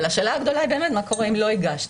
אבל השאלה הגדולה באמת היא מה קורה אם לא הגשת,